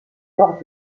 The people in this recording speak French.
ports